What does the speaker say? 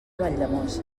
valldemossa